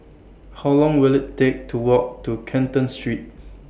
How Long Will IT Take to Walk to Canton Street